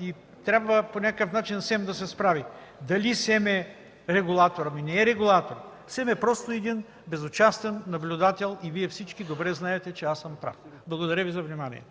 и трябва по някакъв начин СЕМ да се справи. Дали СЕМ е регулатор? Ами, не е регулатор! СЕМ е просто един безучастен наблюдател и всички Вие добре знаете, че аз съм прав. Благодаря Ви за вниманието.